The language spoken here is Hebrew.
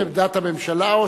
זאת עמדת הממשלה?